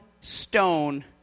stone